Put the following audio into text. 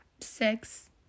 six